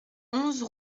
onze